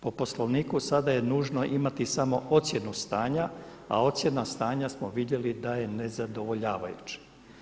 Po Poslovniku sada je nužno imati samo ocjenu stanja, a ocjena stanja smo vidjeli da je nezadovoljavajuće.